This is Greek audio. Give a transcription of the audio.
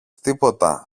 τίποτα